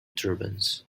turbans